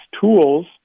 tools